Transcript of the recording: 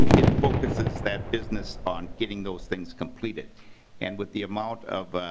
it focuses that business on getting those things completed and with the amount of